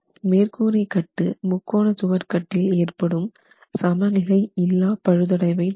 மேற்கூரை கட்டுமுக்கோணச்சுவர் கட்டில் ஏற்படும் சமநிலை இல்லா பழுதடைவை தடுக்கும்